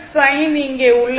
sign இங்கே உள்ளது